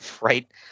Right